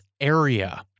area